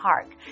Park